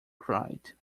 cried